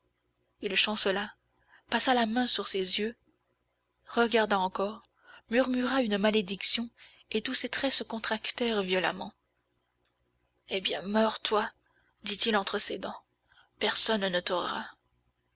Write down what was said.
il chancela passa la main sur ses yeux regarda encore murmura une malédiction et tous ses traits se contractèrent violemment eh bien meurs toi dit-il entre ses dents personne ne t'aura